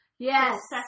Yes